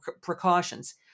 precautions